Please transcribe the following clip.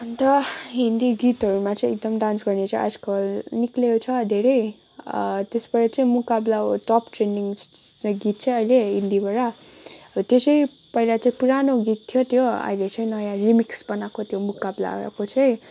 अन्त हिन्दी गीतहरूमा चाहिँ एकदम डान्स गर्ने चाहिँ आजकल निक्लिएको छ धेरै त्यसबाट चाहिँ मुकाबला हो टप ट्रेन्डिङ्स चाहिँ गीत चाहिँ अहिले हिन्दीबाट त्यो चाहिँ पहिला चाहिँ पुरानो गीत थियो त्यो अहिले चाहिँ नयाँ रिमिक्स् बनाएको त्यो मुकाबलाको चाहिँ